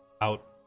out